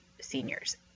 Seniors